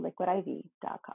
liquidiv.com